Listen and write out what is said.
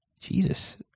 Jesus